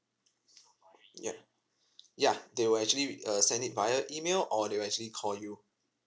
ya ya they will actually w~ err send it via email or they will actually call you